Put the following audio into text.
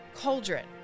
cauldron